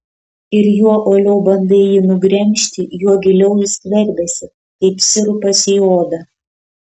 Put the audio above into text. ir juo uoliau bandai jį nugremžti juo giliau jis skverbiasi kaip sirupas į odą